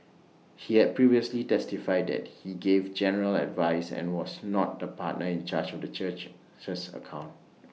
he had previously testified that he gave general advice and was not the partner in charge of the church church's accounts